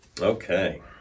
Okay